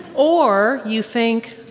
or you think,